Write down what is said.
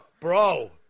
Bro